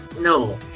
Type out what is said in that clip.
no